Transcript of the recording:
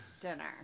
dinner